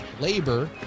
labor